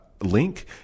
link